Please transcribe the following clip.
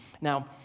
Now